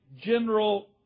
general